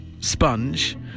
sponge